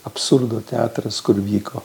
absurdo teatras kur vyko